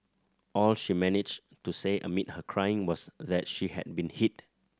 all she managed to say amid her crying was that she had been hit